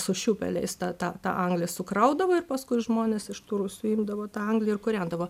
su šiūpeliais tą tą tą anglį sukraudavo ir paskui žmonės iš tų rusių imdavo tą anglį ir kūrendavo